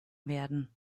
werden